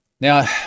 Now